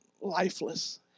lifeless